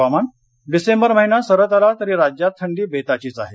हवामान डिसेंबर महिना सरत आला तरी राज्यात थंडी बेताचीच आहे